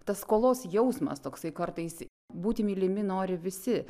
tas skolos jausmas toksai kartais būti mylimi nori visi